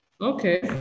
Okay